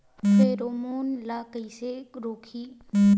Pheromone ला कइसे रोकही?